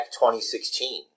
2016